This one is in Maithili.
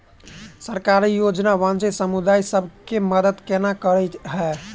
सरकारी योजना वंचित समुदाय सब केँ मदद केना करे है?